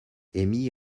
amy